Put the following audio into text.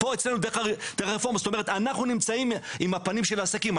אנחנו נמצאים עם הפנים לעסקים.